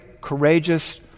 courageous